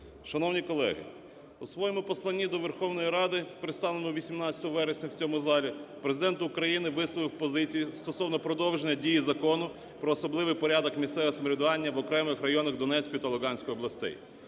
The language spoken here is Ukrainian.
Шановні колеги, у своєму посланні до Верховної Ради, представленому 18 вересня в цьому залі, Президент України висловив позицію стосовно продовження дії Закону "Про особливий порядок місцевого самоврядування в окремих районах Донецької та Луганської областей".